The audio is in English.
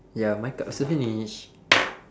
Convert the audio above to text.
ya my cards are finished